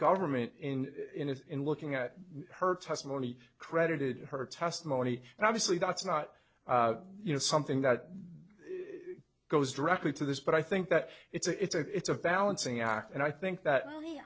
government in looking at her testimony credited her testimony and obviously that's not you know something that goes directly to this but i think that it's a it's a it's a balancing act and i think that